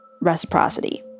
reciprocity